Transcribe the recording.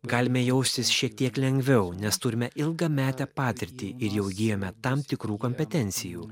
galime jaustis šiek tiek lengviau nes turime ilgametę patirtį ir įgijome tam tikrų kompetencijų